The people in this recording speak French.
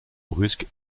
brusque